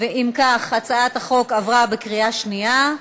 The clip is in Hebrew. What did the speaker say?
אם כך, הצעת החוק עברה בקריאה שנייה.